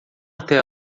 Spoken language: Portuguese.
até